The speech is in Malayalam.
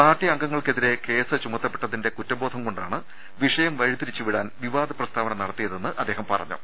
പാർട്ടി അംഗ്നങ്ങൾക്കെതിരെ കേസ് ചുമത്തപ്പെട്ടതിന്റെ കുറ്റബോധം കൊണ്ടാണ് വിഷയം വഴിതി രിച്ചുവിടാൻ വിവാദ പ്രസ്താവന നടത്തിയതെന്ന് അദ്ദേഹം പറഞ്ഞു